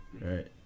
right